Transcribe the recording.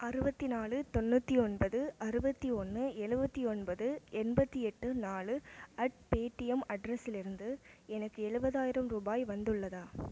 அறுபத்தினாலு தொண்ணூற்றி ஒன்பது அறுபத்தி ஒன்று எழுபத்தி ஒன்பது எண்பத்து எட்டு நாலு அட் பேடிஎம் அட்ரஸிலிருந்து எனக்கு ஏழுபதாயிரம் ரூபாய் வந்துள்ளதா